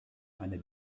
einer